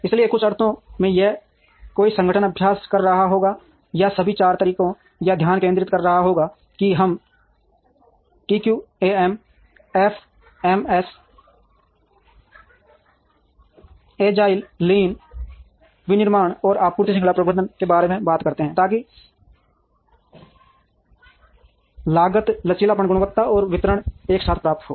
इसलिए कुछ अर्थों में यदि कोई संगठन अभ्यास कर रहा होगा या सभी चार तरीकों पर ध्यान केंद्रित कर रहा होगा कि हम टीक्यूएम एफएमएस एजाइल लीन विनिर्माण और आपूर्ति श्रृंखला प्रबंधन के बारे में बात करते हैं ताकि लागत लचीलापन गुणवत्ता और वितरण एक साथ प्राप्त हो